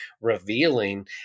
revealing